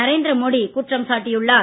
நரேந்திர மோடி குற்றம் சாட்டியுள்ளார்